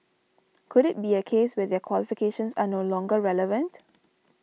could it be a case where their qualifications are no longer relevant